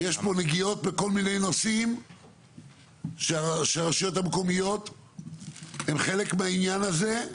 יש פה נגיעות בכל מיני נושאים שהרשויות המקומיות הם חלק מהעניין הזה,